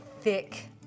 thick